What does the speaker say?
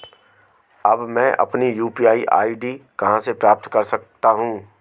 अब मैं अपनी यू.पी.आई आई.डी कहां से प्राप्त कर सकता हूं?